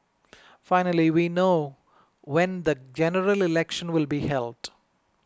finally we know when the General Election will be held